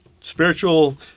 spiritual